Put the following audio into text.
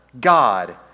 God